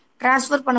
transfer